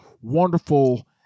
wonderful